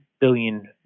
billion